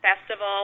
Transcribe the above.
festival